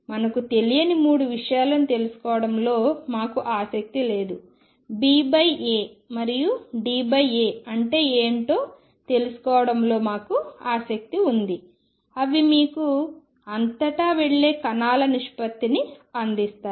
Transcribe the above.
మనకు తెలియని మూడు విషయాలను తెలుసుకోవడంలో మాకు ఆసక్తి లేదుBA మరియు DA అంటే ఏమిటో తెలుసుకోవడంలో మాకు ఆసక్తి ఉంది అవి మీకు అంతటా వెళ్ళే కణాల నిష్పత్తిని అందిస్తాయి